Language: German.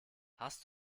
hast